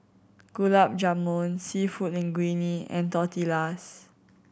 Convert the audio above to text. Gulab Jamun Seafood Linguine and Tortillas